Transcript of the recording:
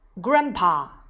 Grandpa